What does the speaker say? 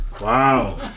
Wow